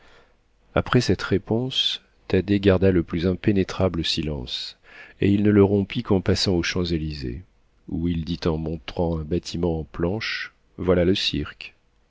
après cette réponse thaddée garda le plus impénétrable silence et il ne le rompit qu'en passant aux champs-élysées où il dit en montrant un bâtiment en planches voilà le cirque